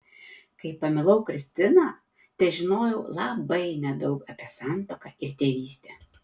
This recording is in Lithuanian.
kai pamilau kristiną težinojau labai nedaug apie santuoką ir tėvystę